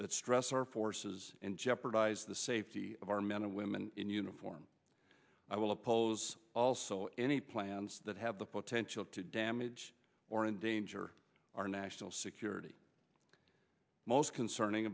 that stress our forces and jeopardize the safety of our men and women in uniform i will oppose also any plans that have the potential to damage or endanger our national security most concerning